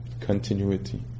continuity